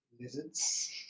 lizards